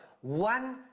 one